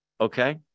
okay